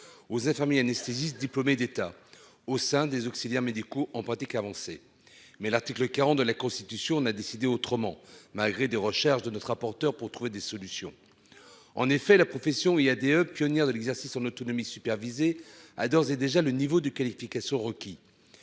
aux infirmiers anesthésistes diplômés d'État, au sein des auxiliaires médicaux en pratique avancée mais l'article 40 de la Constitution en a décidé autrement malgré des recherches de notre rapporteur pour trouver des solutions. En effet, la profession IADE, pionnière de l'exercice en autonomie supervisée a d'ores et déjà le niveau de qualification requis.